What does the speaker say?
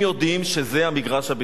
הם יודעים שזה המגרש הביתי.